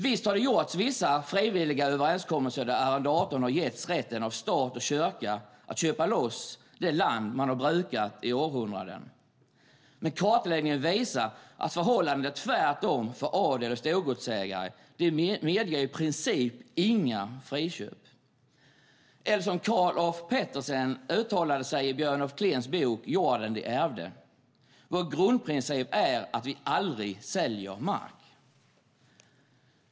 Visst har det gjorts vissa frivilliga överenskommelser där arrendatorn getts rätten av stat och kyrka att köpa loss det land man brukat i århundraden, men kartläggningen visar att förhållandena är tvärtom för adel och storgodsägare. De medger i princip inga friköp. Eller som Carl af Petersens uttalade sig i Björn Af Kleens bok Jorden de ärvde : "Vår grundprincip är att vi aldrig säljer mark."